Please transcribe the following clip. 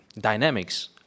dynamics